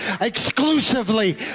exclusively